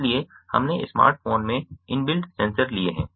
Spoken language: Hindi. इसलिए हमने स्मार्टफोन में इनबिल्ट सेंसर लिए हैं